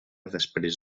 després